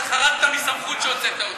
אתה חרגת מסמכות כשהוצאת אותי.